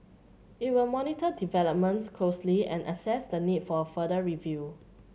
it will monitor developments closely and assess the need for a further review